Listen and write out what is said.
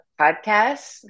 podcasts